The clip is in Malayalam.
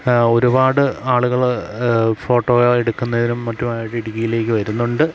ഒരുപാട് ആളുകൾ ഫോട്ടോ എടുക്കുന്നതിനും മറ്റുമായിട്ട് ഇടുക്കിയിലേക്ക് വരുന്നുണ്ട്